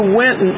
went